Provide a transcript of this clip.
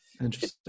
interesting